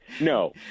No